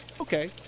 okay